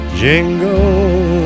jingle